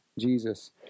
Jesus